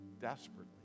desperately